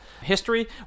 history